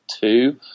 two